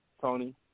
Tony